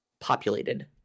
populated